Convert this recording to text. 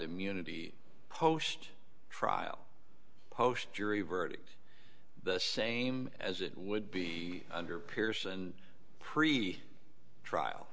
immunity post trial post jury verdict the same as it would be under peers and pre trial